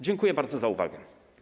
Dziękuję bardzo za uwagę.